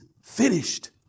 finished